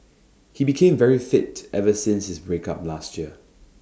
he became very fit ever since his break up last year